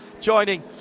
joining